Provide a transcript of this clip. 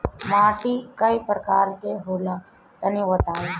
माटी कै प्रकार के होला तनि बताई?